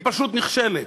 היא פשוט נכשלת.